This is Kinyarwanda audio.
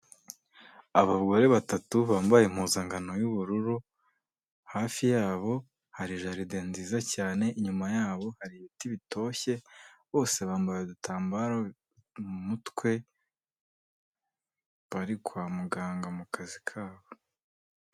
Abagore batatu bambaye impuzankano y'ubururu hafi yabo hari jaride nziza cyane inyuma yabo hari ibiti bitoshye bose bambaye udutambaro mu mutwe bari kwa muganga mu muka kabo.